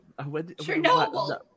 Chernobyl